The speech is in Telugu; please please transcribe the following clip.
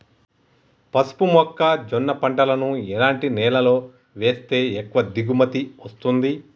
పసుపు మొక్క జొన్న పంటలను ఎలాంటి నేలలో వేస్తే ఎక్కువ దిగుమతి వస్తుంది?